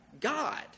God